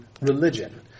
religion